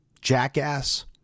Jackass